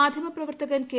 മാധ്യമ പ്രവർത്തകൻ കെ